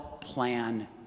Plan